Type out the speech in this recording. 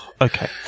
Okay